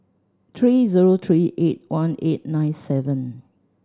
three zero three eight one eight nine seven